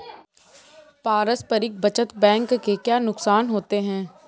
पारस्परिक बचत बैंक के क्या नुकसान होते हैं?